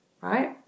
Right